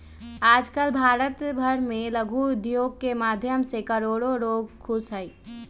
आजकल भारत भर में लघु उद्योग के माध्यम से करोडो लोग खुश हई